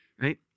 right